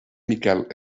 miquel